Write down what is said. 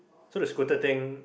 so the scooter thing